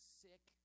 sick